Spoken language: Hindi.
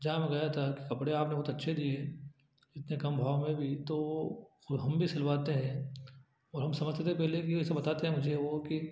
जहाँ मैं गया था कि कपड़े आपने बहुत अच्छे दिए इतने कम भाव में भी तो और हम भी सिलवाते हैं और हम समझते थे पहले कि वे ऐसा बताते हैं मुझे वो कि